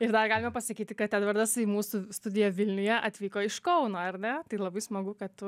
ir dar galima pasakyti kad edvardas į mūsų studiją vilniuje atvyko iš kauno ar ne tai labai smagu kad tu